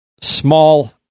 small